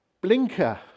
blinker